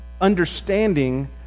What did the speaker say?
understanding